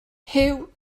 huw